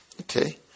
Okay